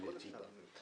נהניתי ממנה.